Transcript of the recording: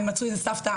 הם מצאו איזה סבתא,